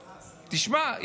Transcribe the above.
תשמע,